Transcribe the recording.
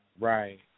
Right